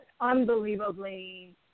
unbelievably